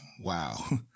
Wow